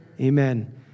Amen